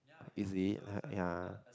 is he ya